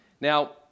Now